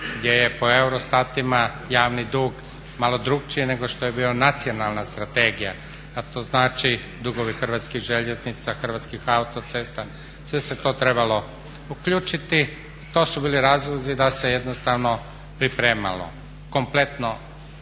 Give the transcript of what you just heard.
gdje je po EUROSTAT-ima javni dug malo drukčiji nego što je bila Nacionalna strategija, a to znači dugovi Hrvatskih željeznica, Hrvatskih autocesta sve se to trebalo uključiti. To su bili razlozi da se jednostavno pripremalo kompletno